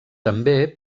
també